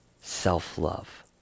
self-love